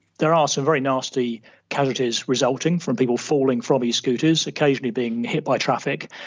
there are some very nasty casualties resulting from people falling from e-scooters, occasionally being hit by traffic.